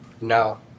No